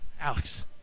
Alex